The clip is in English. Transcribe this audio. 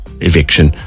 eviction